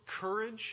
courage